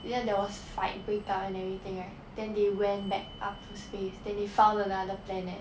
then there was fight break out and everything right then they went back up to space then they found another planet